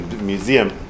museum